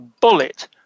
bullet